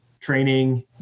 training